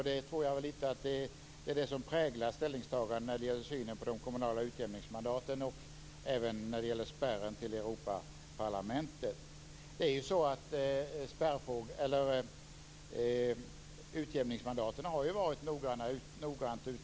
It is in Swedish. Jag tror att detta lite präglar ställningstagandet när det gäller synen på de kommunala utjämningsmandaten och även spärren till Europaparlamentet. Utjämningsmandaten har noggrant utretts.